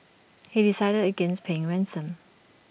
he decided against paying ransom